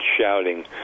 shouting